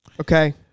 Okay